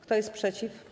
Kto jest przeciw?